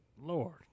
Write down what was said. lord